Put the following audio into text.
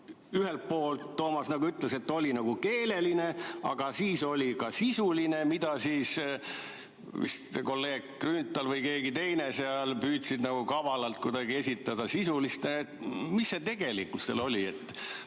ühelt poolt Toomas ütles, et oli nagu keeleline, aga siis oli ka sisuline, mida kolleeg Grünthal või keegi teine seal püüdis kavalalt kuidagi esitada sisulisena. Mis see tegelikkus seal oli?